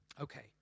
Okay